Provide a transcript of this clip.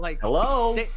Hello